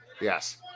yes